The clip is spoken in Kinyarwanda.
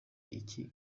iki